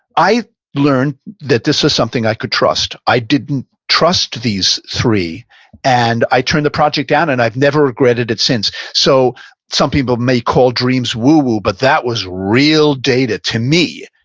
i learned that this is something i could trust. i didn't trust these three and i turned the project down and i've never regretted it since. so some people may call dreams woo woo, but that was real data to me,